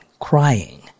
crying